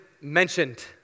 mentioned